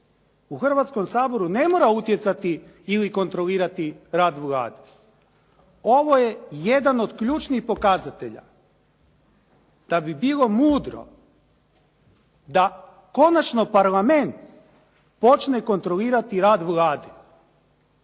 u Hrvatskom saboru ne mora utjecati ili kontrolirati rad Vlade. Ovo je jedan od ključnih pokazatelja da bi bilo mudro da konačno Parlament počne kontrolirati rad Vlade,